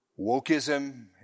Wokeism